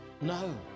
No